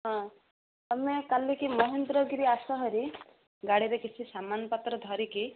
ହଁ ତୁମେ କାଲିକିି ମହେନ୍ଦ୍ରଗିରି ଆସ ଭାରି ଗାଡ଼ିରେ କିଛି ସାମାନପତ୍ର ଧରିକି